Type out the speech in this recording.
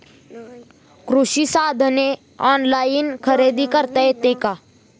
कृषी साधने ऑनलाइन खरेदी करता येतील का?